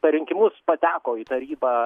per rinkimus pateko į tarybą